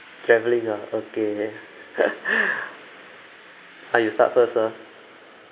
travelling ah okay ha you start first lah